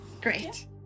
Great